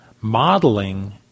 modeling